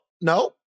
no